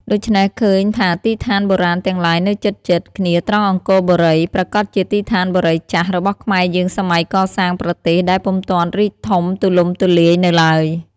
ដូច្នេះ ឃើញថាទីស្ថានបុរាណទាំងឡាយនៅជិតៗ គ្នាត្រង់អង្គរបូរី ប្រាកដជាទីស្ថានបុរីចាស់ របស់ខ្មែរយើងសម័យកសាងប្រទេស ដែលពុំទាន់រីកធំទូលំទូលាយនៅឡើយ ។